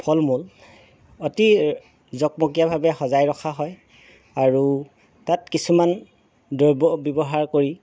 ফল মূল অতি জকমকীয়াভাৱে সজাই ৰখা হয় আৰু তাত কিছুমান দ্ৰব্য ব্যৱহাৰ কৰি